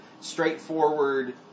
straightforward